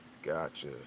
Gotcha